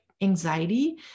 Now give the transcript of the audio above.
anxiety